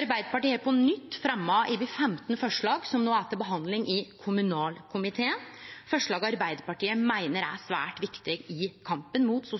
Arbeidarpartiet har på nytt fremja over 15 forslag som no er til behandling i kommunalkomiteen, forslag Arbeidarpartiet meiner er svært viktige i kampen mot